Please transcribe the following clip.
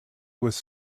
was